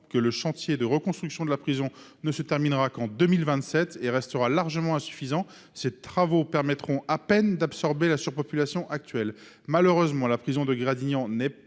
que le chantier de reconstruction de la prison, qui ne se terminera qu'en 2027, restera largement insuffisant, ces travaux permettant à peine d'absorber la surpopulation actuelle. Malheureusement, la prison de Gradignan n'est pas